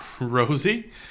Rosie